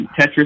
Tetris